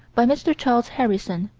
by mr. charles harrison,